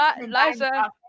Liza